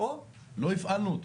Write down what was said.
לא הפעלנו אותו.